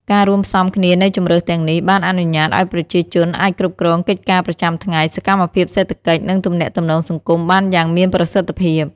ការរួមផ្សំគ្នានៃជម្រើសទាំងនេះបានអនុញ្ញាតឱ្យប្រជាជនអាចគ្រប់គ្រងកិច្ចការប្រចាំថ្ងៃ សកម្មភាពសេដ្ឋកិច្ច និងទំនាក់ទំនងសង្គមបានយ៉ាងមានប្រសិទ្ធភាព។